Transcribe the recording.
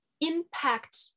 impact